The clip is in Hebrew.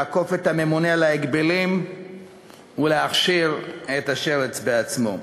לעקוף את הממונה על ההגבלים ולהכשיר את השרץ בעצמו,